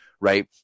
Right